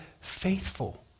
faithful